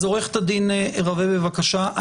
אז עורכת הדין רווה, בבקשה.